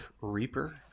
Reaper